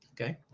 Okay